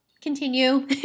continue